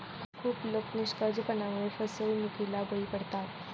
खूप लोक निष्काळजीपणामुळे फसवणुकीला बळी पडतात